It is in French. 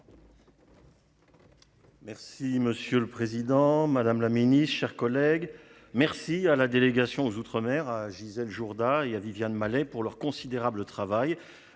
Merci, monsieur le Président Madame la Ministre, chers collègues. Merci à la délégation aux outre-mer à Gisèle Jourda et à Viviane Malet pour leur considérable travail